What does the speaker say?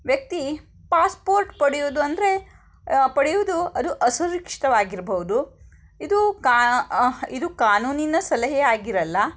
ವ್ಯಕ್ತಿ ಪಾಸ್ಪೋರ್ಟ್ ಪಡೆಯೋದು ಅಂದರೆ ಪಡೆಯೋದು ಅದು ಅಸುರಕ್ಷಿತವಾಗಿರಬಹುದು ಇದು ಕಾ ಇದು ಕಾನೂನಿನ ಸಲಹೆ ಆಗಿರಲ್ಲ